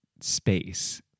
Space